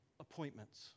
appointments